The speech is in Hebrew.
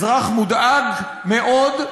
אזרח מודאג מאוד,